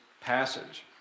passage